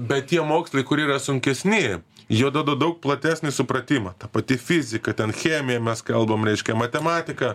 bet tie mokslai kur yra sunkesni juo duoda daug platesnį supratimą ta pati fizika ten chemija mes kalbam reiškia matematika